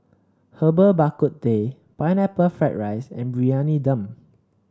Herbal Bak Ku Teh Pineapple Fried Rice and Briyani Dum